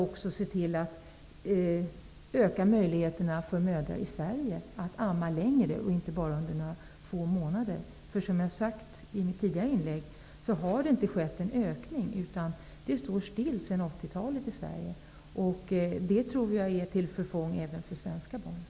Vad görs för att öka möjligheterna för mödrar i Sverige att amma längre, och inte bara under några få månader? Som jag har sagt i mitt tidigare inlägg har inte någon ökning skett. Sedan 1980-talet står det stilla i Sverige. Det tror jag är till förfång även för svenska barn.